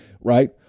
right